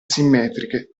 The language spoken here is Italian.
simmetriche